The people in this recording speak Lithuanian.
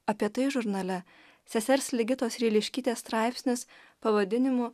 apie tai žurnale sesers ligitos ryliškytės straipsnis pavadinimu